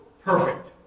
perfect